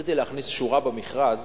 רציתי להכניס שורה במכרז